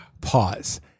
Pause